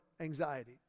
anxiety